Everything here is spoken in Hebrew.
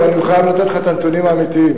אבל אני מחויב לתת לך את הנתונים האמיתיים.